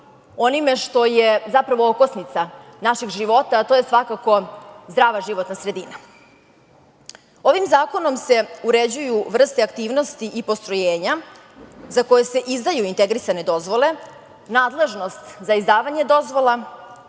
onime što je, zapravo, okosnica našeg života, a to je svakako zdrava životna sredina. Ovim zakonom se uređuju vrste aktivnosti i postrojenja za koje se izdaju integrisane dozvole, nadležnost za izdavanje dozvola,